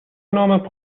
نام